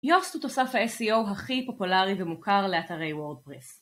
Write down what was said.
יורסט הוא תוסף ה-SEO הכי פופולרי ומוכר לאתרי וורדפריס